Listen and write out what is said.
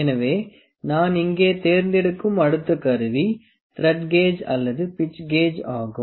எனவே நான் இங்கே தேர்ந்தெடுக்கும் அடுத்த கருவி த்ரெட் கேஜ் அல்லது பிட்ச் கேஜ் ஆகும்